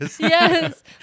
Yes